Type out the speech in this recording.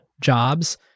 jobs